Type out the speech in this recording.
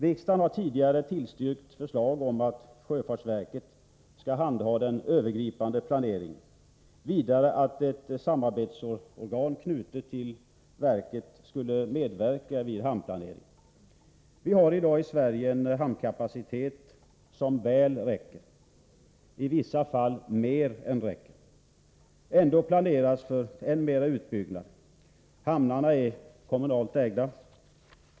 Riksdagen har tidigare bifallit förslag om att sjöfartsverket skall handha den övergripande planeringen och att ett samarbetsorgan knutet till verket skall medverka vid hamnplaneringen. Vi har i dag här i Sverige en hamnkapacitet som räcker väl — i vissa fall mer än väl. Ändå planeras för en än större utbyggnad. Hamnarna är kommunalt ägda.